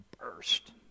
burst